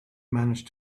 manage